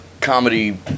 comedy